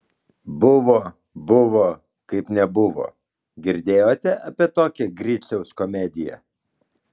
buvo buvo kaip nebuvo girdėjote apie tokią griciaus komediją